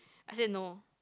I said no